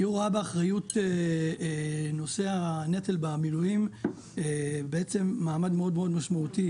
היא רואה באחריות נושא הנטל במילואים מעמד מאוד מאוד משמעותי